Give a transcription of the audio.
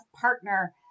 partner